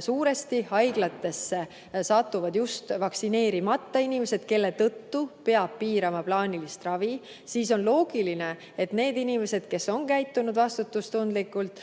suuresti, ja haiglatesse satuvad just vaktsineerimata inimesed, kelle tõttu peab piirama plaanilist ravi, siis on loogiline, et need inimesed, kes on käitunud vastutustundlikult,